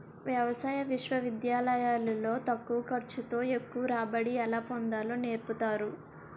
వ్యవసాయ విశ్వవిద్యాలయాలు లో తక్కువ ఖర్చు తో ఎక్కువ రాబడి ఎలా పొందాలో నేర్పుతారు